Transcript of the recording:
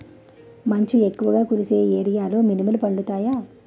మంచు ఎక్కువుగా కురిసే ఏరియాలో మినుములు పండుతాయా?